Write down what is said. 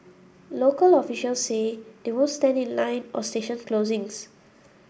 local officials say they won't stand in line or station closings